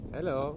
Hello